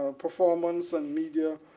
ah performance and media